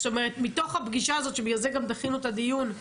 מתוך הפגישה הזאת שבגלל זה גם דחינו את הדיון,